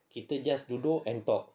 kita just duduk and talk